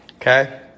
Okay